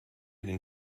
den